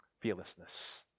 fearlessness